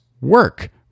work